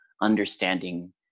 understanding